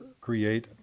create